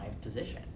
position